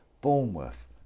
Bournemouth